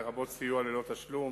לרבות סיוע ללא תשלום,